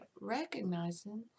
recognizing